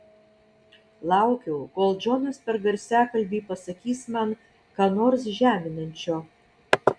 laukiau kol džonas per garsiakalbį pasakys man ką nors žeminančio